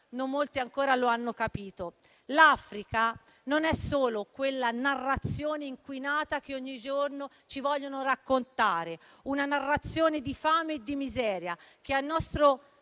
forse molti ancora non lo hanno capito: l'Africa non è solo quella narrazione inquinata che ogni giorno ci vogliono raccontare, una narrazione di fame e di miseria che a nostro